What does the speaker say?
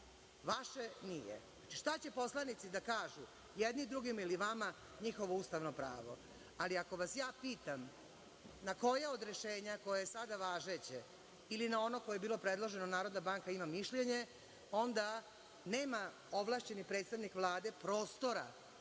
vaše nije. Znači, šta će poslanici da kažu jedni drugima ili vama, njihovo ustavno pravo, ali ako vas ja pitam na koje od rešenja koje je sada važeće ili na ono koje je bilo predloženo, Narodna banka ima mišljenje, onda nema ovlašćeni predstavnik Vlade prostora